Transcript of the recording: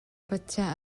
pathian